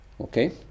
Okay